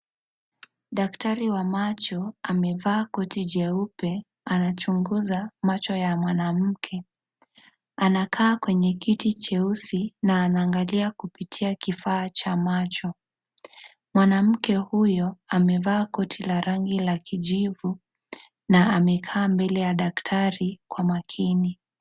Daktari wa macho amevaa koti jeupe anachunguza macho ya mwanamke amekaa kwenye kiti jeusi na anaangalia kupitia kifaa cha macho ' mwanamke huyo amevaa koti la rangi kijivu na amekaa mbele ya daktari kwa umakini.